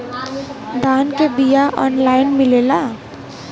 धान के बिया ऑनलाइन मिलेला?